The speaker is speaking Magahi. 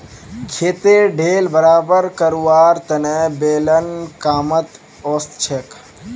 खेतेर ढेल बराबर करवार तने बेलन कामत ओसछेक